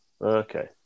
Okay